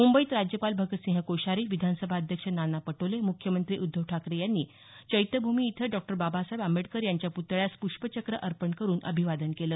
मुंबईत राज्यपाल भगतसिंह कोश्यारी विधानसभा अध्यक्ष नाना पटोले म्ख्यमंत्री उद्धव ठाकरे यांनी चैत्यभूमी इथं डॉक्टर बाबासाहेब आंबेडकर यांच्या पुतळ्यास पृष्पचक्र अर्पण करुन अभिवादन केलं